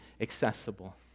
accessible